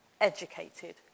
educated